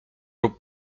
ربع